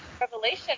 Revelation